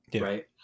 right